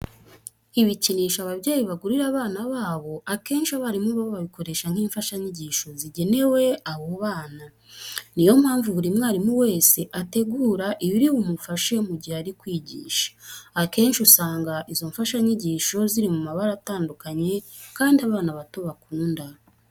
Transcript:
Ibikinisho ababyeyi bagurira abana babo akenshi abarimu bo babikoresha nk'imfashanyigisho zigenewe abo bana. Ni yo mpamvu buri mwarimu wese ategura ibiri bumufashe mu gihe ari kwigisha. Akenshi usanga izo mfashanyigisho ziri mu mabara atandukanye kandi abana bato bakunda.